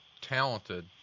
talented